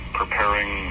preparing